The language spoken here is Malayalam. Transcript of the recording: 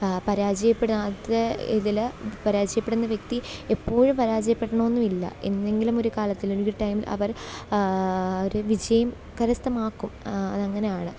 പരാജയപ്പെടാത്തെ ഇതില് പരാജയപ്പെടുന്ന വ്യക്തി എപ്പോഴും പരാചയപ്പെടണമെന്നില്ല എന്നെങ്കിലുമൊരു കാലത്ത് ഒര് ടൈം അവര് ഒരു വിജയം കരസ്ഥമാക്കും അത് അങ്ങനെയാണ്